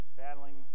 battling